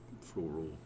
floral